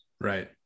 Right